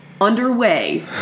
underway